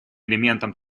элементом